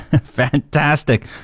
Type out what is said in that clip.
Fantastic